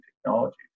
technology